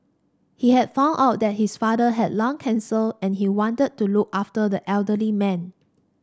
he had found out that his father had lung cancer and he wanted to look after the elderly man